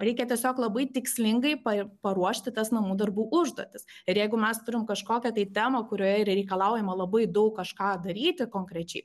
reikia tiesiog labai tikslingai ir paruošti tas namų darbų užduotis ir jeigu mes turime kažkokią tai temą kurioje reikalaujama labai daug kažką daryti konkrečiai